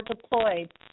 deployed